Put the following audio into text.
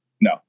No